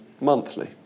monthly